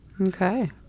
Okay